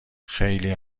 خلی